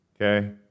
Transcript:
Okay